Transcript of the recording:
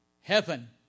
Heaven